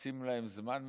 מקצים להם זמן מסוים,